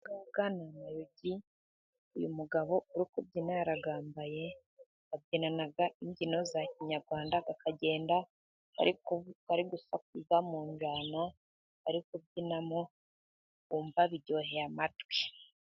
Aya ni amayugi, uyu mugabo uri kubyina arayambaye, babyinana imbyino za kinyarwanda, akagenda ari gusakuza mu njyana bari kubyinamo ukumva biryoheye amatwi.